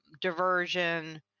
diversion